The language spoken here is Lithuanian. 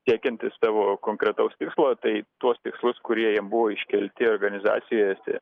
siekiantis savo konkretaus tikslo tai tuos tikslus kurie jam buvo iškelti organizacijose